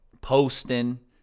posting